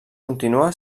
continua